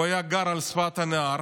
הוא היה גר על שפת הנהר